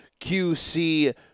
QC